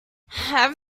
have